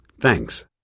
Thanks